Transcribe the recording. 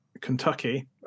Kentucky